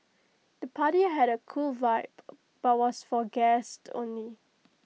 the party had A cool vibe but was for guests only